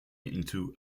into